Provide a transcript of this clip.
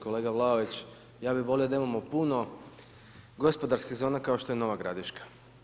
Kolega Vlaović, ja bi volio da imamo puno gospodarskih zona kao što je Nova Gradiška.